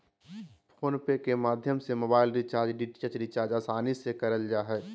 phone पे के माध्यम से मोबाइल रिचार्ज, डी.टी.एच रिचार्ज आसानी से करल जा हय